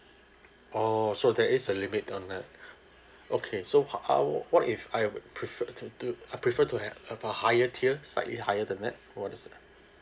oh so there is a limit on that okay so how how what if I would prefer to to I prefer to have a higher tier slightly higher than that what is it